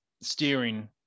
steering